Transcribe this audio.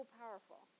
powerful